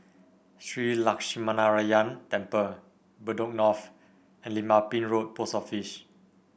Shree Lakshminarayanan Temple Bedok North and Lim Ah Pin Road Post Office